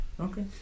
Okay